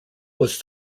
was